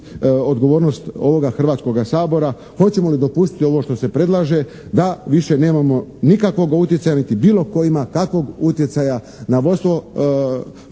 odgovornost ovoga Hrvatskoga sabora hoćemo li dopustiti ovo što se predlaže da više nemamo nikakvoga utjecaja niti bilo tko ima kakvog utjecaja na vodstvo